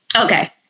Okay